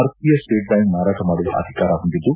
ಭಾರತೀಯ State Bank ಮಾರಾಟ ಮಾಡುವ ಅಧಿಕಾರ ಹೊಂದಿದ್ದು